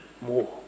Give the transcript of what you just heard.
more